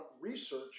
research